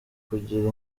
kugira